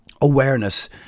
awareness